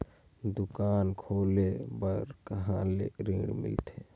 दुकान खोले बार कहा ले ऋण मिलथे?